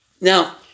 Now